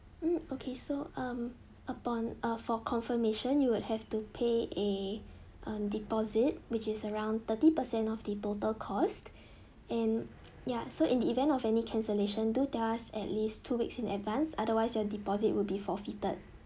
mm okay so um upon uh for confirmation you would have to pay a um deposit which is around thirty percent of the total cost and ya so in the event of any cancellation do tell us at least two weeks in advance otherwise your deposit will be forfeited